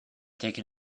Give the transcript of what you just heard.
taken